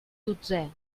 dotzè